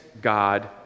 God